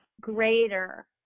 greater